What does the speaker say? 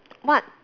what